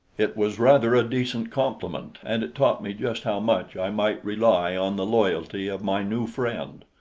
it was rather a decent compliment, and it taught me just how much i might rely on the loyalty of my new friend.